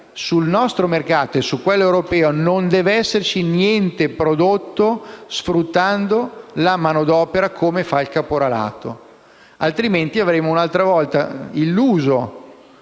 Sul nostro mercato e su quello europeo non deve esserci alcunché prodotto sfruttando la manodopera, come fa il caporalato. Altrimenti, avremo illuso un'altra volta il